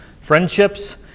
friendships